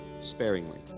sparingly